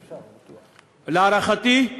להערכתי,